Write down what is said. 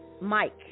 Mike